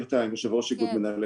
לעומסים האלה יש מחירים נוספים,